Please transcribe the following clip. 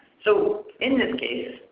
so in this case,